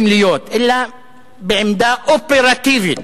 סמליות אלא בעמדה אופרטיבית.